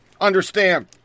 Understand